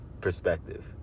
perspective